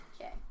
Okay